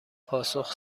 پاسخ